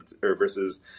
versus